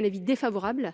l'avis du Gouvernement